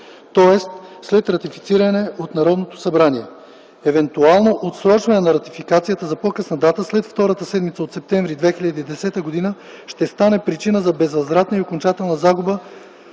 тоест след ратифициране от Народното събрание. Евентуално отсрочване на ратификацията за по-късна дата след втората седмица от м. септември 2010 г. ще стане причина за безвъзвратна и окончателна загуба